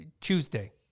Tuesday